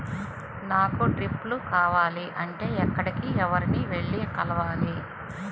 నాకు డ్రిప్లు కావాలి అంటే ఎక్కడికి, ఎవరిని వెళ్లి కలవాలి?